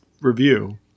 review